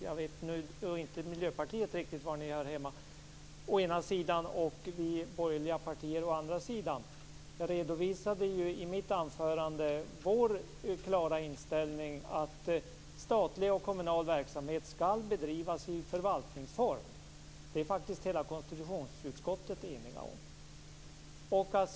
Var Miljöpartiet hör hemma vet jag inte riktigt. Å andra sida har vi de borgerliga partierna. Jag redovisade ju i mitt anförande vår klara inställning att statlig och kommunal verksamhet skall bedrivas i förvaltningsform. Det är faktiskt hela konstitutionsutskottet enigt om.